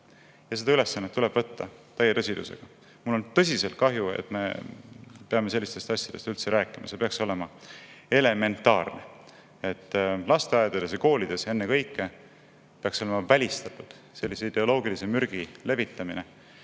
Seda ülesannet tuleb võtta täie tõsidusega. Mul on tõsiselt kahju, et me peame sellistest asjadest üldse rääkima, see peaks olema elementaarne, et lasteaedades ja koolides ennekõike peaks olema välistatud sellise ideoloogilise mürgi levitamine,